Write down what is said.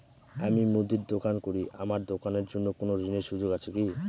আমি মুদির দোকান করি আমার দোকানের জন্য কোন ঋণের সুযোগ আছে কি?